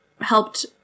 helped